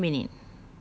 sekarang berapa minit